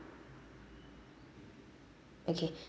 okay